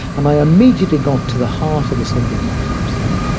and i immediately got to the heart of the subject i was interested in.